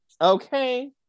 Okay